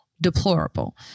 deplorable